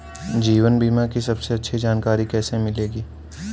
जीवन बीमा की सबसे अच्छी जानकारी कैसे मिलेगी?